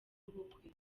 ubukwe